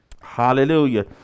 Hallelujah